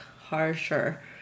harsher